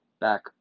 back